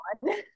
one